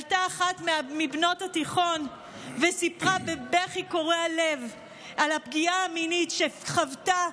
עלתה אחת מבנות התיכון וסיפרה בבכי קורע לב על הפגיעה המינית שחוותה,